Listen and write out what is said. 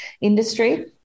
industry